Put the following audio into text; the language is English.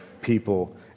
people